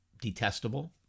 detestable